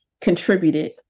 contributed